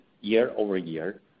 year-over-year